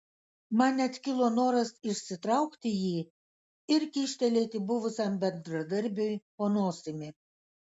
man net kilo noras išsitraukti jį ir kyštelėti buvusiam bendradarbiui po nosimi